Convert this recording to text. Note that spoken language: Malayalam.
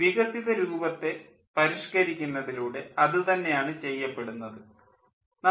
വികസിത രൂപത്തെ പരിഷ്ക്കരിക്കുന്നതിലൂടെ അതു തന്നെയാണ് ചെയ്യപ്പെടുന്നുതും